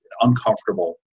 uncomfortable